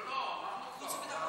לא, רוצים חוץ וביטחון.